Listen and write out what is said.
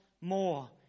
more